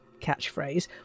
catchphrase